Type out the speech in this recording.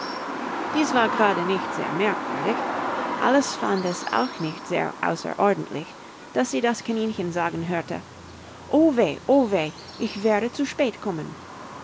dies war grade nicht sehr merkwürdig alice fand es auch nicht sehr außerordentlich daß sie das kaninchen sagen hörte o weh o weh ich werde zu spät kommen